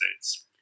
States